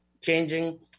changing